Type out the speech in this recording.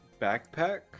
backpack